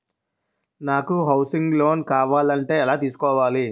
నాకు housing loan కావాలంటే ఎలా తీసుకోవాలి?